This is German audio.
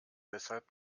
weshalb